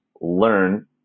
learn